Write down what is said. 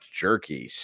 jerky